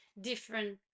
different